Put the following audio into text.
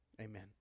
Amen